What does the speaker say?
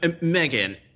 Megan